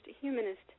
Humanist